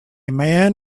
man